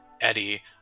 Eddie